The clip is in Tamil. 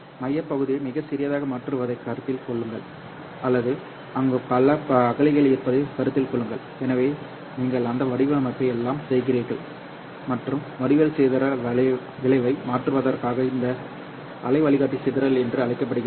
மையப் பகுதியை மிகச் சிறியதாக மாற்றுவதைக் கருத்தில் கொள்ளுங்கள்அல்லது அங்கே பல அகழிகள் இருப்பதைக் கருத்தில் கொள்ளுங்கள் எனவே நீங்கள் இந்த வடிவமைப்பை எல்லாம் செய்கிறீர்கள்மற்றும் வடிவியல் சிதறல் விளைவை மாற்றுவதற்காக இது அலை வழிகாட்டி சிதறல் என்று அழைக்கப்படுகிறது